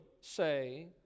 say